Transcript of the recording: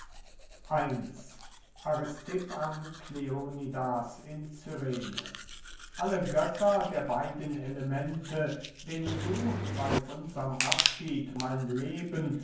aristipp an kleonidas in cyrene alle götter der beiden elemente denen du bey unserm abschied mein leben